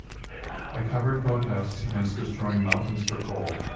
i covered protests against destroying mountains for coal.